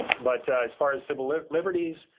but, as far as civil liberties,